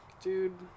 Dude